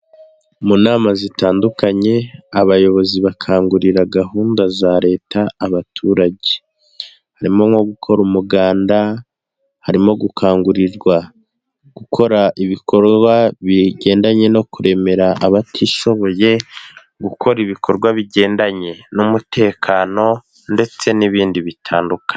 Mu nama zitandukanye abayobozi bakangurira gahunda za leta abaturage, harimo nko gukora umuganda, harimo gukangurirwa gukora ibikorwa bigendanye no kuremera abatishoboye, gukora ibikorwa bigendanye n'umutekano ndetse n'ibindi bitandukanye.